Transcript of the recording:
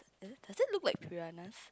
does does it look like piranhas